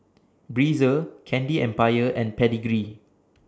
Breezer Candy Empire and Pedigree